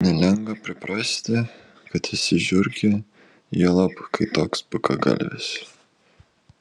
nelengva priprasti kad esi žiurkė juolab kai toks bukagalvis